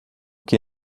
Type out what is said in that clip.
que